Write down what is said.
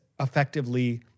effectively